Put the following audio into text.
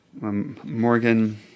Morgan